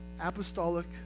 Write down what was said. apostolic